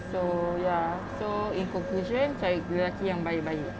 so ya so in conclusion cari lelaki yang baik-baik